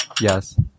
Yes